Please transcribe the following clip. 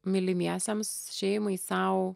mylimiesiems šeimai sau